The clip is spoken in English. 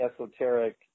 esoteric